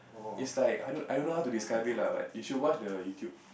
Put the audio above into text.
it's like I don't know how to describe it lah but you should watch the YouTube